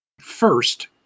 first